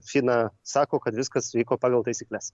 fina sako kad viskas vyko pagal taisykles